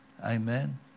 Amen